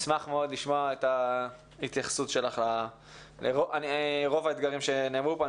נשמח מאוד לשמוע את ההתייחסות שלך לרוב האתגרים שנאמרו פה.